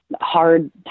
hard